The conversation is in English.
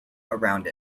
around